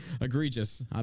egregious